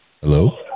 Hello